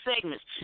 segments